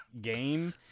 game